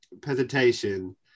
presentation